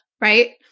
right